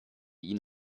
ihn